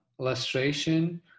illustration